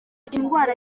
indwara